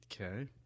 Okay